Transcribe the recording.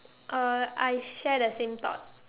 uh I share the same thought